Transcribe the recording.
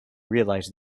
realise